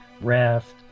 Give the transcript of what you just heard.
raft